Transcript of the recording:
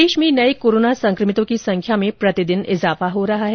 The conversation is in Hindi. प्रदेश में नए कोरोना संकभितों की संख्या में प्रतिदिन इजाफा हो रहा है